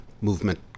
movement